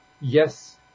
yes